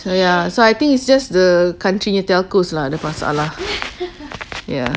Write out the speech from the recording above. so ya so I think it's just the country telcos lah lepas !alah!